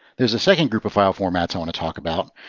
there's a second group of file formats i want to talk about.